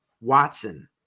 Watson